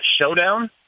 showdown